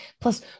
Plus